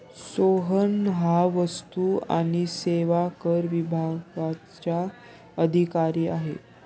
सोहन हा वस्तू आणि सेवा कर विभागाचा अधिकारी आहे